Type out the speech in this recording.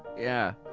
yeah.